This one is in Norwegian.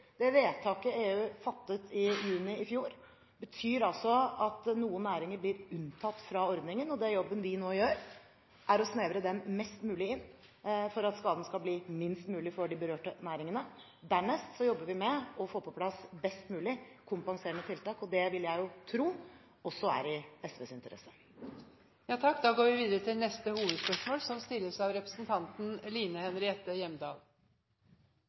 det vedtaket EU fattet i juni i fjor, betyr at noen næringer blir unntatt fra ordningen. Den jobben vi nå gjør, er å snevre den mest mulig inn for at skaden skal bli minst mulig for de berørte næringene. Dernest jobber vi med å få på plass best mulig kompenserende tiltak, og det vil jeg tro også er i SVs interesse. Vi går videre til neste hovedspørsmål.